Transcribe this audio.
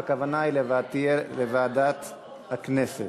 והכוונה תהיה לוועדת הכנסת.